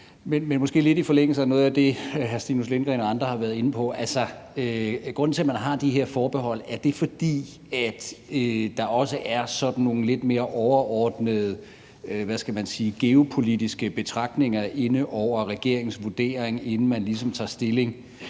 er måske lidt i forlængelse af noget af det, hr. Stinus Lindgreen og andre har været inde på. Altså: Grunden til, at man har de her forbehold, er den, at der også er sådan nogle lidt mere overordnede, hvad skal man sige, geopolitiske betragtninger inde over regeringens vurdering, inden man ligesom tager stilling